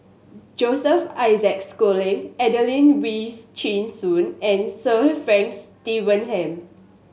Joseph Isaac Schooling Adelene Wees Chin Suan and Sir Frank Swettenham